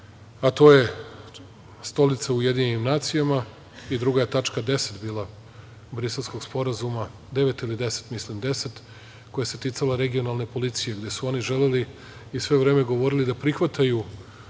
a to je Stolica u UN i druga je tačka 10) bila Briselskog sporazuma, 9) ili 10), mislim 10), koja se ticala regionalne policije, gde su oni želeli i sve vreme govorili da prihvataju,